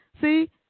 see